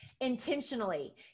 intentionally